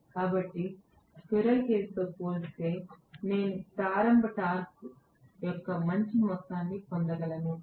కాబట్టి squirrel cage తో పోల్చితే నేను ప్రారంభ టార్క్ యొక్క మంచి మొత్తాన్ని పొందగలను